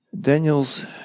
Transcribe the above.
Daniel's